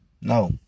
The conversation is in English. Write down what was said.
No